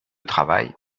travail